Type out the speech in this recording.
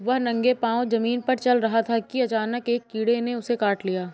वह नंगे पांव जमीन पर चल रहा था कि अचानक एक कीड़े ने उसे काट लिया